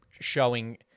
Showing